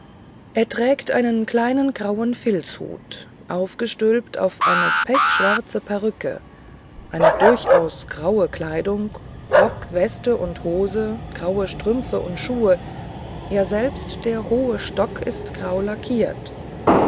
er trägt einen kleinen grauen filzhut aufgestülpt auf eine pechschwarze perücke eine durchaus graue kleidung rock weste und hose graue strümpfe und schuhe ja selbst der sehr hohe stock ist grau lackiert